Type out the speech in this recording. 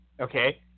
okay